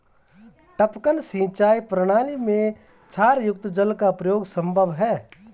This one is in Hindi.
टपकन सिंचाई प्रणाली में क्षारयुक्त जल का प्रयोग संभव है